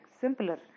simpler